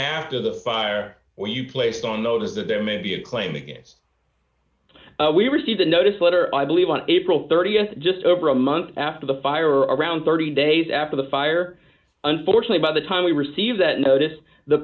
after the fire where you placed on notice that there may be a claim against we received a notice letter i believe on april th just over a month after the fire around thirty days after the fire unfortunately by the time we received that notice the